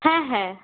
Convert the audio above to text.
হ্যাঁ হ্যাঁ